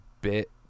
bit